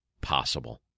possible